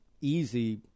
easy